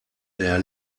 der